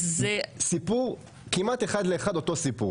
את אותו סיפור כמעט אחד לאחד.